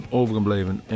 overgebleven